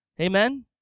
Amen